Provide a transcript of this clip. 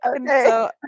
Okay